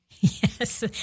Yes